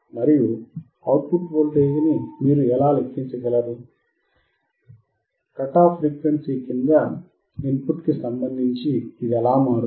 మరియు output voltage ని మీరు ఎలా లెక్కించగలరు కట్ ఆఫ్ ఫ్రీక్వెన్సీ క్రింద ఇన్ పుట్ కి సంబంధించి ఇది ఎలా మారుతుంది